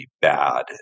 bad